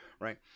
right